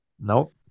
Nope